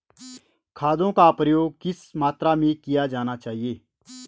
खादों का प्रयोग किस मात्रा में किया जाना चाहिए?